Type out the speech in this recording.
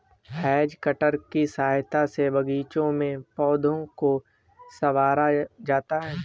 has cutter की सहायता से बागीचों में पौधों को सँवारा जाता है